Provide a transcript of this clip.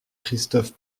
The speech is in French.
christophe